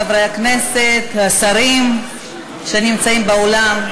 חברי הכנסת והשרים שנמצאים באולם,